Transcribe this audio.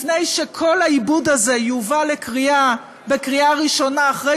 לפני שכל העיבוד הזה יובא לקריאה ראשונה אחרי